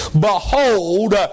behold